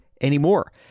anymore